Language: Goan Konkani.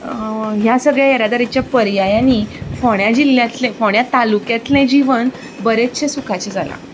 ह्या सगळे येरादारीचे पर्यायांनी फोंड्या जिल्ल्यांतले फोंड्या तालुक्यांतले जिवन बरेंचशें सुखाचें जालां